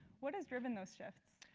what has driven those shift?